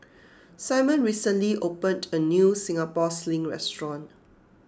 Simone recently opened a new Singapore Sling restaurant